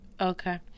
Okay